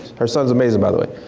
her son's amazing by the way.